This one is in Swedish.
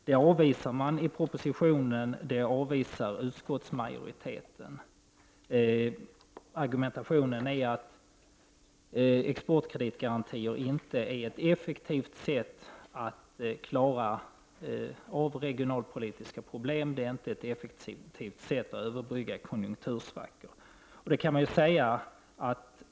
Det avvisas nu i propositionen och också av utskottsmajoriteten. Argumentet är att exportkreditgarantier inte är ett effektivt sätt att klara regionalpolitiska problem eller överbrygga konjunktursvackor.